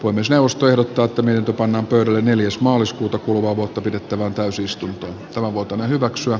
uimisjoustojen saattaminen tupa tölli neljäs maaliskuuta kuluvaa kuuta pidettävään täysistuntoon loputon hyväksyä